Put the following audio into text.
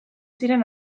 ziren